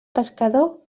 pescador